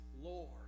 Lord